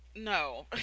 No